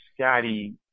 Scotty